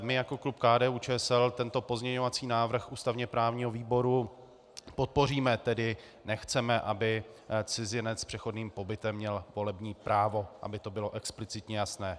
My jako klub KDUČSL tento pozměňovací návrh ústavněprávního výboru podpoříme, tedy nechceme, aby cizinec s přechodným pobytem měl volební právo, aby to bylo explicitně jasné.